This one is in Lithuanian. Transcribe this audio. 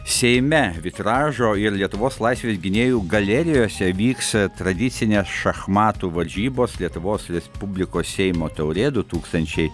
seime vitražo ir lietuvos laisvės gynėjų galerijose vyks tradicinės šachmatų varžybos lietuvos respublikos seimo taurė du tūkstančiai